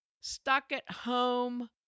stuck-at-home